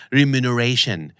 remuneration